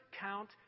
count